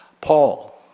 Paul